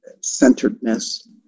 centeredness